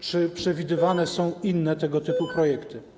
Czy przewidywane są inne tego typu projekty?